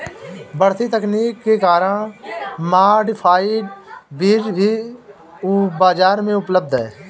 बढ़ती तकनीक के कारण मॉडिफाइड बीज भी बाजार में उपलब्ध है